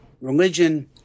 religion